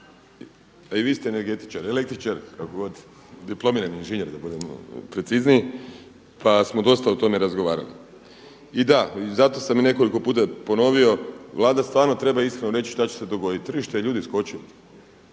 a vi ste energetičar, električar kako god diplomirani inženjer da budemo precizniji pa smo dosta o tome razgovarali. I da, i zato sam nekoliko puta ponovio Vlada stvarno treba iskreno reći šta će se dogoditi. Tržište je ljudi skočilo.